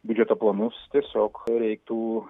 biudžeto planus tiesiog reiktų